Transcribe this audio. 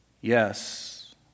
Yes